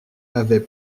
avait